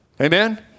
Amen